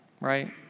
right